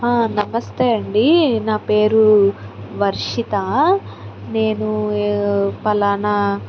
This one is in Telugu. నమస్తే అండి నాపేరు వర్షితా నేను పలానా